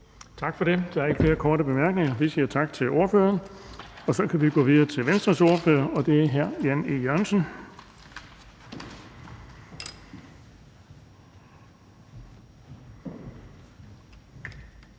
Tak for det. Så er der ikke flere korte bemærkninger. Vi siger tak til ordføreren. Så kan vi gå videre til Radikale Venstres ordfører, og det er fru Samira Nawa.